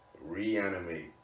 reanimate